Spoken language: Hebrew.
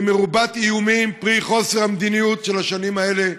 והיא מרובת איומים פרי חוסר המדיניות של השנים האלה.